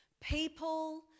people